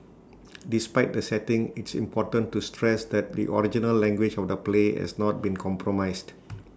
despite the setting it's important to stress that the original language of the play has not been compromised